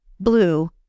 Blue